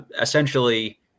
essentially